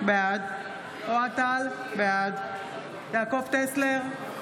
בעד אוהד טל, בעד יעקב טסלר,